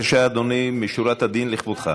בבקשה, אדוני, לפנים משורת הדין לכבודך.